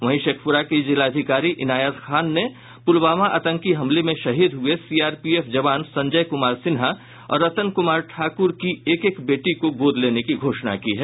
वहीं शेखपुरा की जिलाधिकारी इनायत खान ने पुलवामा आतंकी हमले में शहीद हुए सीआरपीएफ जवान संजय कुमार सिन्हा और रतन कुमार ठाकुर की एक एक बेटी को गोद लेने की घोषणा की है